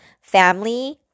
family